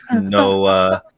no